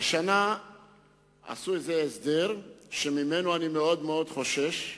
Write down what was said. השנה עשו איזה הסדר, שאני מאוד חושש ממנו.